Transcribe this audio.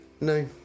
No